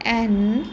N